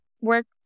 work